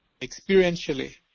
Experientially